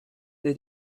they